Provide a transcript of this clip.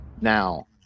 now